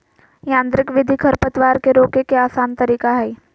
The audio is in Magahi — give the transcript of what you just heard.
यांत्रिक विधि खरपतवार के रोके के आसन तरीका हइ